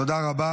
תודה רבה.